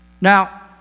Now